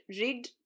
rigged